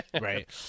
Right